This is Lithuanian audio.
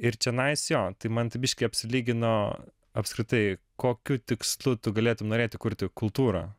ir čionais jo tai man tai biškį apsilygino apskritai kokiu tikslu tu galėtum norėti kurti kultūrą